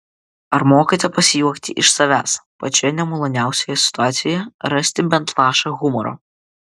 ar mokate pasijuokti iš savęs pačioje nemaloniausioje situacijoje rasti bent lašą humoro